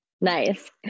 Nice